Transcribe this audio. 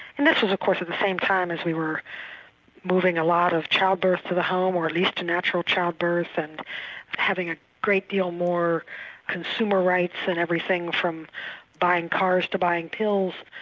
and this was of course at the same time as we were moving a lot of childbirth to the home, or at least to natural childbirth, and having a great deal more consumer rights in everything, from buying cars to buying pills.